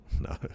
No